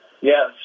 yes